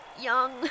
young